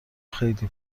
خیلی